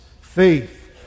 faith